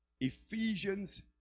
Ephesians